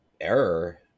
error